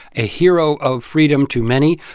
a hero of freedom to many.